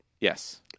Yes